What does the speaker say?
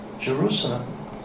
Jerusalem